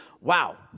wow